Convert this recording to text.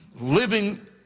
living